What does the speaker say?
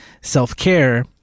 self-care